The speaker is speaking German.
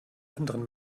anderen